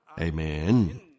Amen